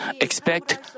expect